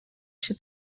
się